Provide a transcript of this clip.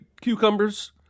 cucumbers